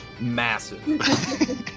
Massive